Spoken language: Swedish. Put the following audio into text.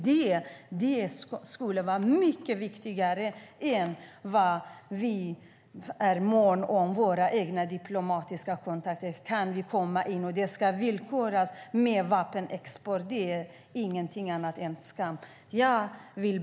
Det borde vara mycket viktigare än att vi är måna om våra egna diplomatiska kontakter och att kunna komma in i landet och att det villkoras med vapenexport. Det är inget annat än skamligt.